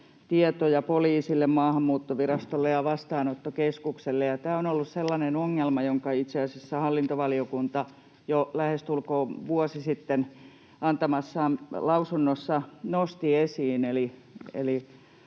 tietoja poliisille, Maahanmuuttovirastolle ja vastaanottokeskukselle. Tämä on ollut sellainen ongelma, jonka itse asiassa hallintovaliokunta jo lähestulkoon vuosi sitten antamassaan lausunnossa nosti esiin,